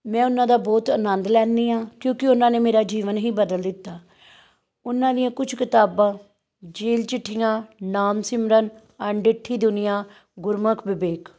ਮੈਂ ਉਹਨਾਂ ਦਾ ਬਹੁਤ ਆਨੰਦ ਲੈਂਦੀ ਹਾਂ ਕਿਉਂਕਿ ਉਹਨਾਂ ਨੇ ਮੇਰਾ ਜੀਵਨ ਹੀ ਬਦਲ ਦਿੱਤਾ ਉਹਨਾਂ ਦੀਆਂ ਕੁਛ ਕਿਤਾਬਾਂ ਜੇਲ ਚਿੱਠੀਆਂ ਨਾਮ ਸਿਮਰਨ ਅਣਡਿੱਠੀ ਦੁਨੀਆਂ ਗੁਰਮੁੱਖ ਬਿਬੇਕ